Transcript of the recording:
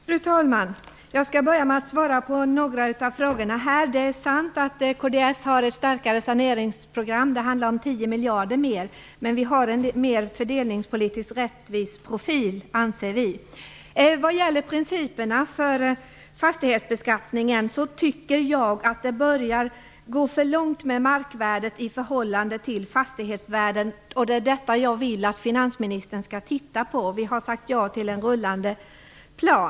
Fru talman! Jag skall börja med att svara på några av frågorna. Det är sant att kds har ett starkare saneringsprogram. Det handlar om 10 miljarder mer. Men vi anser att vi har en mer rättvis fördelningspolitisk profil. När det gäller principerna för fastighetsbeskattningen tycker jag att det börjar gå för långt med markvärdet i förhållande till fastighetsvärdet. Det är detta jag vill att finansministern skall titta på. Vi har sagt ja till en rullande plan.